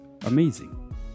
amazing